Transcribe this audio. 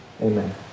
Amen